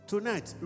Tonight